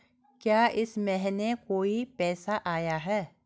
क्या इस महीने कोई पैसा आया है?